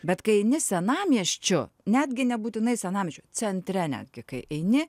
bet kai eini senamiesčiu netgi nebūtinai senamiesčiu centre netgi kai eini